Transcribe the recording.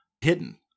hidden